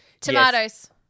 Tomatoes